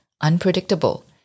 unpredictable